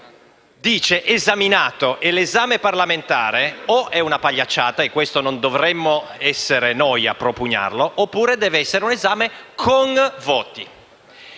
dice «esaminato», e l'esame parlamentare o è una pagliacciata - e questo non dovremmo essere noi a propugnarlo - oppure deve essere un esame con votazioni.